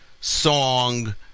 song